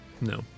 No